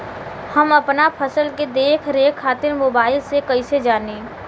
हम अपना फसल के देख रेख खातिर मोबाइल से कइसे जानी?